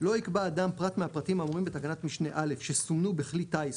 "(ב)לא יקבע אדם פרט מהפרטים האמורים בתקנת משנה (א) שסומנו בכלי טיס,